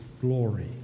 glory